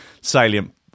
salient